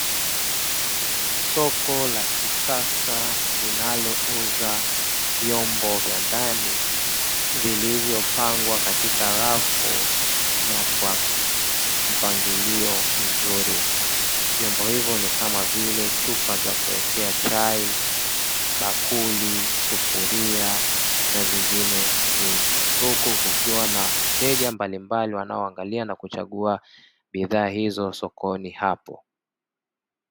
Soko la kisasa linalouza vyombo vya ndani, vilivyopangwa katika rafu na kwa mpangilio mzuri. Vyombo hivyo ni kama vile chupa za kuwekea chai, bakuli, sufuria na zingine nyingi; huku kukiwa na wateja mbalimbali wanaoangalia na kuchagua bidhaa hizo, sokoni hapo.